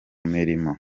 mirimo